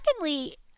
secondly